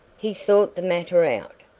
he thought the matter out,